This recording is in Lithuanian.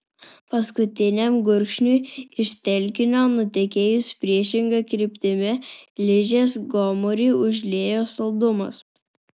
paskutiniam gurkšniui iš telkinio nutekėjus priešinga kryptimi ližės gomurį užliejo saldumas